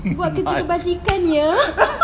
buat kerja kebajikan ya